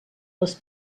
les